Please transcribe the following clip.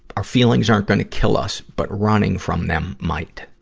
our feelings aren't gonna kill us, but running from them might.